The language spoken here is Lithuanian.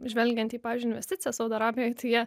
žvelgiant į pavyzdžiui investicijas saudo arabijoj tai jie